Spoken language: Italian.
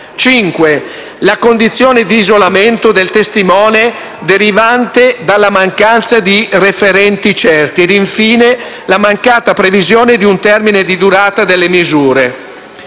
la condizione di isolamento del testimone derivante dalle mancanza di referenti certi; infine, la mancata previsione di un termine di durata delle misure.